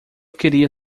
queria